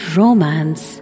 romance